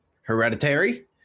Hereditary